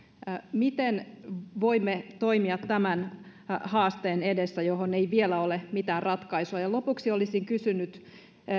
miten voimme toimia tämän haasteen edessä johon ei vielä ole mitään ratkaisua lopuksi olisin kysynyt